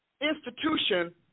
institution